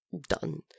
Done